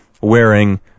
wearing